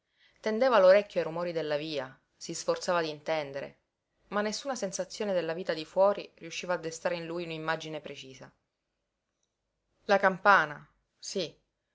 tendeva l'orecchio ai rumori della via si sforzava d'intendere ma nessuna sensazione della vita di fuori riusciva a destare in lui un'immagine precisa la campana sí